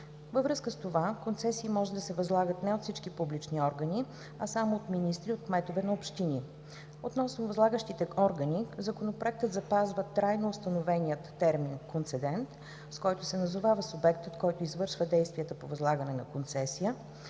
Във връзка с това концесии може да се възлагат не от всички публични органи, а само от министри и от кметове на общини. Относно възлагащите органи Законопроектът запазва трайно установения термин „концедент“, с който се назовава субектът, който извършва действията по възлагане на концесия